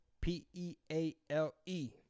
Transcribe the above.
P-E-A-L-E